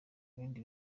ibindi